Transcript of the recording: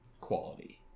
quality